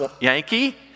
Yankee